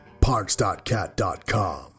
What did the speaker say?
Parks.cat.com